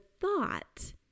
thought